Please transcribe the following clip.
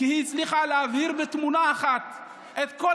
כי היא הצליחה להבהיר בתמונה אחת את